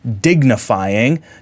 dignifying